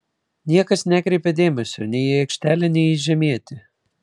niekas nekreipė dėmesio nei į aikštelę nei į žemietį